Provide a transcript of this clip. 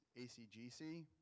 ACGC